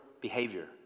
behavior